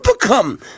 become